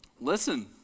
Listen